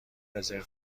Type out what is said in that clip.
رزرو